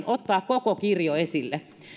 ottaa koko kirjo esille